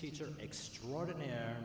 teacher extraordinary